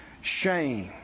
Shame